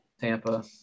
Tampa